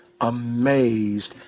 amazed